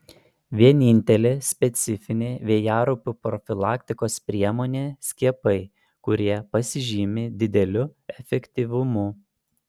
vienintelė specifinė vėjaraupių profilaktikos priemonė skiepai kurie pasižymi dideliu efektyvumu